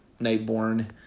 Nightborn